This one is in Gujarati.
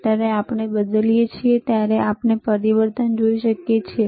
જ્યારે આપણે તેને બદલીએ છીએ ત્યારે આપણે પરિવર્તન જોઈ શકીએ છીએ